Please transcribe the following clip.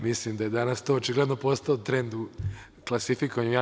Mislim da je danas to očigledno postao trend u klasifikovanju.